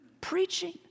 preaching